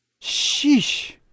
Sheesh